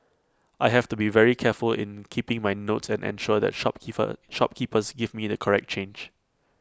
I have to be very careful in keeping my notes and ensure that shopkeeper shopkeepers give me the correct change